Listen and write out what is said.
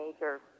major